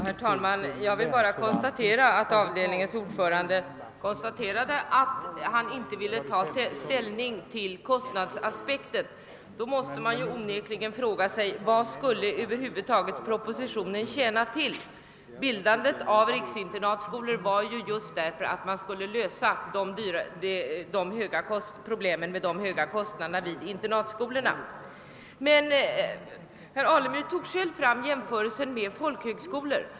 Herr talman! Jag vill bara betona att avdelningens ordförande konstaterade att han inte ville ta ställning till kostnadsaspekten. Då måste man onekligen fråga sig: Vad skulle över huvud taget propositionen tjäna till? Bildandet av riksinternatskolor ägde rum just därför att man skulle lösa problemen med de höga kostnaderna vid internatskolorna. Herr Alemyr tog själv upp jämförelsen med fotkhögskolor.